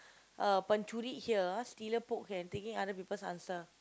uh pencuri here ah stealer book can taking other people's answer